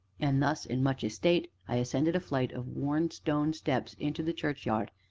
and thus, in much estate, i ascended a flight of worn stone steps into the churchyard,